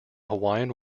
hawaiian